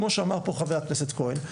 כמו שאמר פה חבר הכנסת כהן.